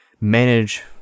manage